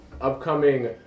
upcoming